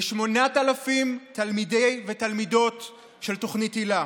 ל-8,000 תלמידי ותלמידות תוכנית היל"ה.